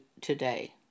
today